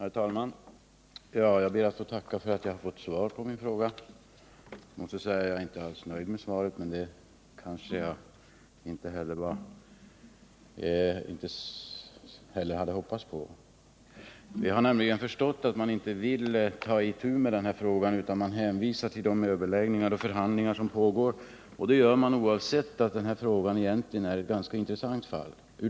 Herr talman! Jag ber att få tacka för att jag fått svar på min fråga. Jag är inte alls nöjd med svaret, men jag hade inte heller hoppats på att få ett nöjaktigt svar. Jag har nämligen förstått att regeringen inte vill ta itu med denna fråga, utan man hänvisar till överläggningar och förhandlingar som pågår, och det gör man oavsett att denna fråga egentligen är ganska intressant.